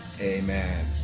Amen